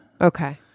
Okay